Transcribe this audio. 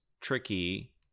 tricky